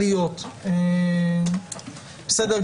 מינהליות", נקרא להן.